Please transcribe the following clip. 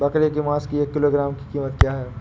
बकरे के मांस की एक किलोग्राम की कीमत क्या है?